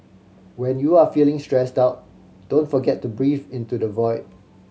when you are feeling stressed out don't forget to breathe into the void